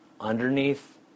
underneath